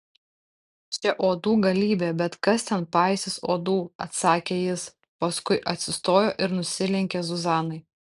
čia uodų galybė bet kas ten paisys uodų atsakė jis paskui atsistojo ir nusilenkė zuzanai